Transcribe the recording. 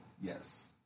Yes